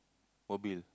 mobile